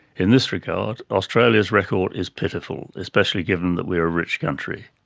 in this regard australia's record is pitiful, especially given that we are a rich country.